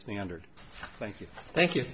standard thank you thank you